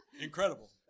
Incredible